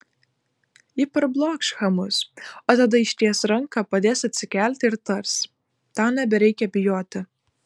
ji parblokš chamus o tada išties ranką padės atsikelti ir tars tau nebereikia bijoti